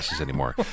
anymore